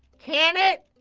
can it!